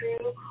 true